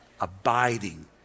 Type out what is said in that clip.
abiding